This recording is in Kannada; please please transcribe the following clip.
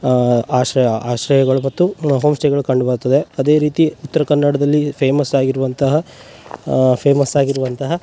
ಆಶ್ರಯ ಆಶ್ರಯಗಳ ಮತ್ತು ಇನ್ನು ಹೋಮ್ ಸ್ಟೇಗಳು ಕಂಡು ಬರುತ್ತದೆ ಅದೇ ರೀತಿ ಉತ್ತರ ಕನ್ನಡದಲ್ಲಿ ಫೇಮಸ್ ಆಗಿರುವಂತಹ ಫೇಮಸ್ ಆಗಿರುವಂತಹ